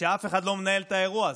שאף אחד לא מנהל את האירוע הזה.